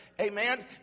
Amen